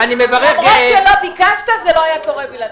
למרות שלא ביקשת זה לא היה קורה בלעדיך.